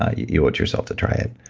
ah you owe it to yourself to try it.